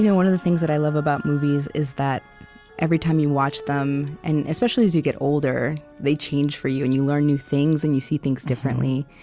you know one of the things that i love about movies is that every time you watch them and especially as you get older they change for you, and you learn new things, and you see things differently.